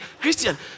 christian